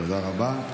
תודה רבה.